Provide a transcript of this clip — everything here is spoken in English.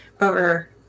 over